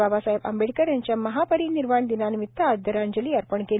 बाबसाहेब आंबेडकर यांच्या महापरिनिर्वाणानिमित आदरांजली अर्पण केली